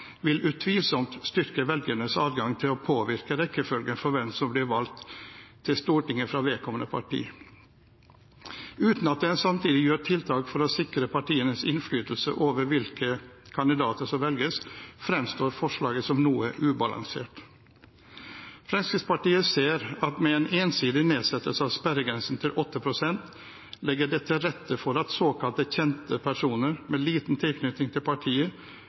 vil utvilsomt styrke velgernes adgang til å påvirke rekkefølgen for hvem som blir valgt til Stortinget fra vedkommende parti. Uten at en samtidig gjør tiltak for å sikre partienes innflytelse over hvilke kandidater som velges, fremstår forslaget som noe ubalansert. Fremskrittspartiet ser at med en ensidig nedsettelse av sperregrensen til 8 pst. ligger det til rette for at såkalte kjente personer med liten tilknytning til partiet